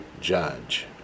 judge